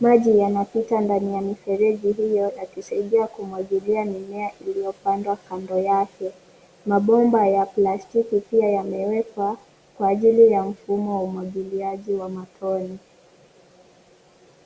maji yanapita ndani ya mifereji iliyo na kusaidia kumwagilia mimea iliyopandwa kando yake. Mabomba ya plastiki pia yamewekwa kwa ajili ya mfumo wa umwagiliaji wa matone.